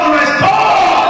restore